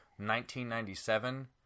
1997